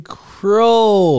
crow